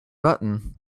button